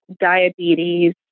diabetes